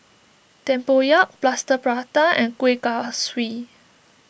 Tempoyak Plaster Prata and Kuih Kaswi